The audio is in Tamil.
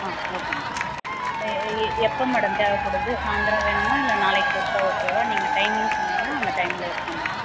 ஆ ஓகே மேடம் எப்போ மேடம் தேவைப்படுது சாய்ந்திரம் வேணுமா இல்லை நாளைக்கு கொடுத்தா ஓகேவா நீங்கள் டைமிங் சொன்னீங்கன்னால் அந்த டைமில் இருக்கும் மேடம்